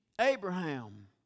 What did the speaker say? Abraham